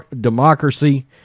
democracy